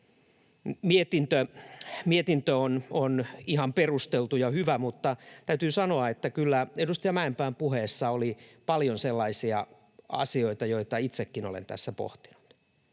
mietintö on ihan perusteltu ja hyvä, mutta täytyy sanoa, että kyllä edustaja Mäenpään puheessa oli paljon sellaisia asioita, joita itsekin olen tässä pohtinut,